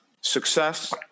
success